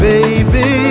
Baby